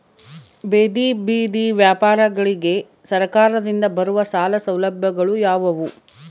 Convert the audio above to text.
ಬೇದಿ ಬದಿ ವ್ಯಾಪಾರಗಳಿಗೆ ಸರಕಾರದಿಂದ ಬರುವ ಸಾಲ ಸೌಲಭ್ಯಗಳು ಯಾವುವು?